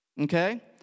okay